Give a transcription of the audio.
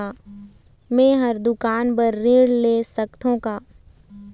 मैं हर दुकान बर ऋण ले सकथों का?